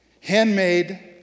handmade